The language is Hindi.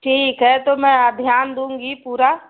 ठीक है तो मैं ध्यान दूँगी पूरा